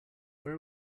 where